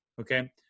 okay